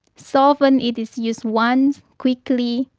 so often it is used once, quickly,